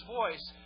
voice